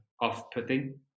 off-putting